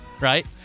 Right